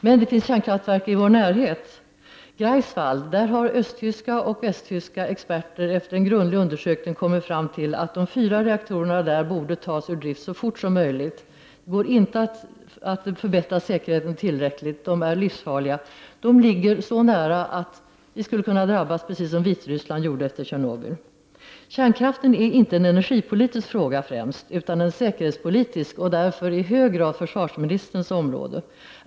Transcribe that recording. Men det finns också kärnkraftverk i vår närhet. I kärnkraftverket i Greifswald har östtyska och västtyska experter efter en grundlig undersökning kommit fram till att de fyra reaktorerna bör tas ur drift så fort som möjligt. Det går inte att förbättra säkerheten tillräckligt. De är livsfarliga. Dessa reaktorer ligger så nära att vi i Sverige skulle kunna drabbas, precis som Vitryssland drabbades efter Tjernobylolyckan. Kärnkraft är inte främst en fråga om energipolitik, utan en säkerhetspolitisk fråga, och därför i hög grad försvarsministerns område.